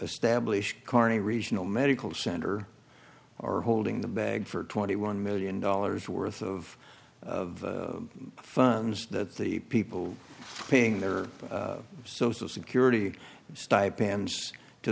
establish corney regional medical center are holding the bag for twenty one million dollars worth of funds that the people paying their social security